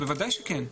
ודאי שכן.